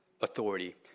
authority